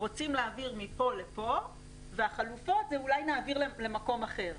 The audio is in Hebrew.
רוצים להעביר מכאן לכאן והחלופות הן שאולי נעביר למקום אחר.